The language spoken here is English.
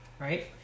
right